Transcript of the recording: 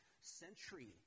century